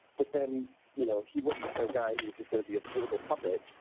but then you know he wasn't the kind of guy who was just going to be a political puppet.